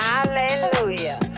Hallelujah